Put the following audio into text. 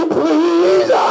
please